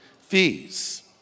fees